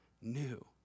new